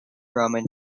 roman